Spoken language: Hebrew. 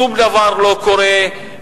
שום דבר לא קורה,